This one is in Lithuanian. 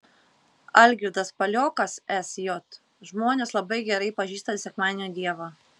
algirdas paliokas sj žmonės labai gerai pažįsta sekmadienio dievą